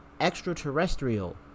extraterrestrial